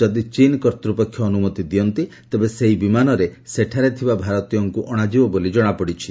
ଯଦି ଚୀନ କର୍ତ୍ତୃପକ୍ଷ ଅନୁମତି ଦିଅନ୍ତି ତେବେ ସେହି ବିମାନରେ ସେଠାରେ ଥିବା ଭାରତୀୟଙ୍କୁ ଅଣାଯିବ ବୋଲି କଣାପଡ଼ିଛି